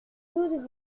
doute